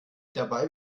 dabei